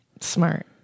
Smart